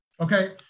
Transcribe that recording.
okay